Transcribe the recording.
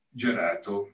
gelato